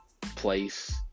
place